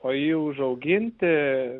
o jį užauginti